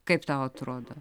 kaip tau atrodo